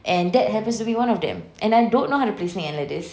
and that happens to be one of them and I don't know how to play snake and ladders